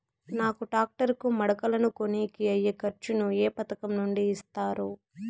నాకు టాక్టర్ కు మడకలను కొనేకి అయ్యే ఖర్చు ను ఏ పథకం నుండి ఇస్తారు?